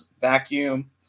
vacuum